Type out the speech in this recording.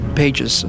pages